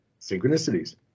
synchronicities